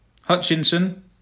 Hutchinson